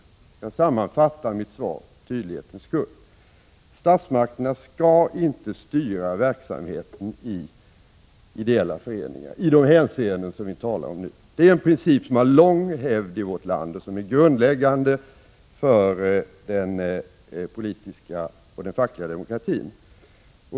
Jag sammanfattar mitt svar för tydlighetens skull: Statsmakterna skall inte styra verksamheten i ideella föreningar i de hänseenden som vi talar om nu. Det är en princip som har lång hävd i vårt land och som är grundläggande för den politiska och den fackliga demokratin.